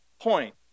point